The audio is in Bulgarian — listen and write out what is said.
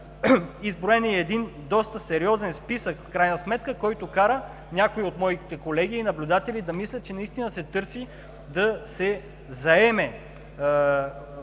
изброен е и един доста сериозен списък, който кара някои от моите колеги и наблюдатели да мислят, че наистина се търси да се заеме време